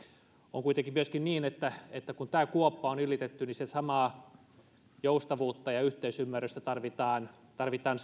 on kuitenkin myöskin niin että että kun tämä kuoppa on ylitetty niin sitä samaa joustavuutta ja yhteisymmärrystä tarvitaan tarvitaan